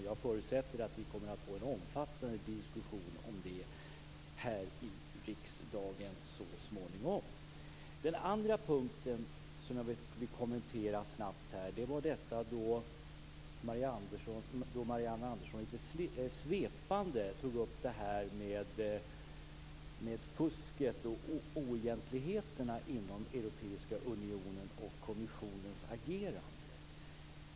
Jag förutsätter att vi kommer att få en omfattande diskussion om det här i riksdagen så småningom. Jag vill också kort kommentera den andra punkten. Marianne Andersson tog lite svepande upp fusket och oegentligheterna inom Europeiska unionen och kommissionens agerande.